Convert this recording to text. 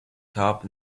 top